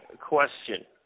question